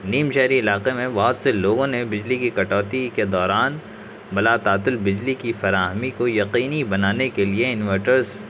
نیم شہری علاقے میں بہت سے لوگوں نے بجلی کی کٹوتی کے دوران بلا تعطل کی فراہمی کو یقینی بنانے کے لیے انویٹرز